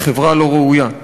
היא חברה לא ראויה.